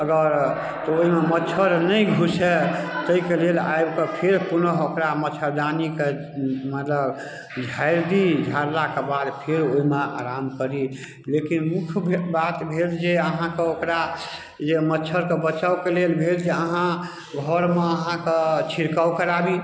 अगर तऽ ओइमे मच्छर नहि घुसै तै कऽ लेल आबिकऽ फेर पुनः ओकरा मच्छरदानीके मतलब झाड़ि दी झाड़लाक बाद फेर ओइमे आराम करी लेकिन मुख्य जे बात भेल जे अहाँके ओकरा जे मच्छरके बचावके लेल भेल जे अहाँ घरमे अहाँके छिड़काव कराबी